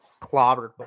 clobbered